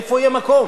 איפה יהיה מקום?